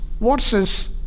versus